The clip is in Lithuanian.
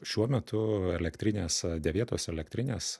šiuo metu elektrinės dėvėtos elektrinės